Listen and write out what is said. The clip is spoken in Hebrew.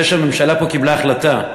זה שהממשלה פה קיבלה החלטה,